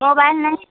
mobile नहीं